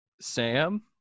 sam